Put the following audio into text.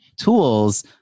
tools